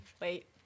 Wait